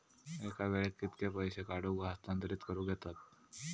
एका वेळाक कित्के पैसे काढूक व हस्तांतरित करूक येतत?